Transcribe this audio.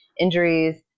Injuries